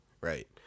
right